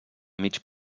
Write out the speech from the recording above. mig